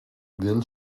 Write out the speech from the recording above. than